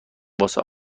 واسه